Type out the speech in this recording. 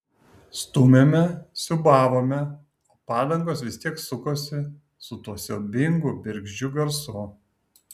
stūmėme siūbavome o padangos vis tiek sukosi su tuo siaubingu bergždžiu garsu